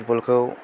football खौ